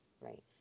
Right